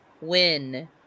Win